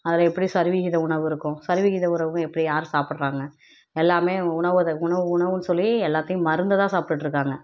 அதில் எப்படி சரிவிகித உணவு இருக்கும் சரிவிகித உணவு எப்படி யார் சாப்பிட்றாங்க எல்லாமே உணவுத உணவு உணவுன்னு சொல்லி எல்லாத்தையும் மருந்தை தான் சாப்பிட்டுட்டுருக்காங்க